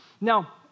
Now